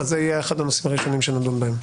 זה יהיה אחד הנושאים הראשונים שנדון בהם.